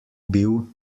bil